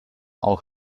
auch